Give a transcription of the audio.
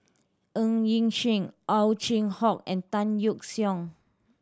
Ng Yi Sheng Ow Chin Hock and Tan Yeok Seong